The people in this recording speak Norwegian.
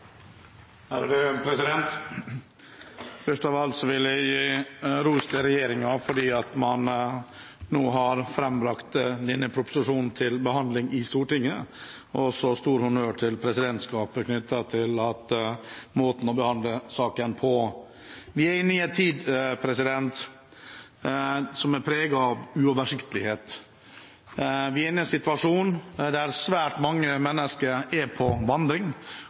Først av alt vil jeg gi ros til regjeringen fordi man nå har frembrakt denne proposisjonen til behandling i Stortinget, og også stor honnør til presidentskapet for måten å behandle saken på. Vi er inne i en tid som er preget av uoversiktlighet. Vi er inne i en situasjon der svært mange mennesker er på vandring,